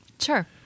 Sure